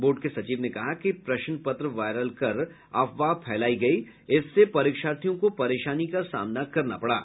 board के सचिव ने कहा कि प्रश्न पत्र वायरल कर अफवाह फैलाई गयी इससे परीक्षार्थियों को परेशानी का सामना करना पड़ा